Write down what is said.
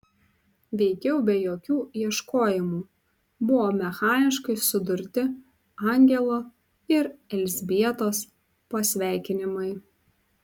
veikiau be jokių ieškojimų buvo mechaniškai sudurti angelo ir elzbietos pasveikinimai